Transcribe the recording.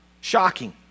Shocking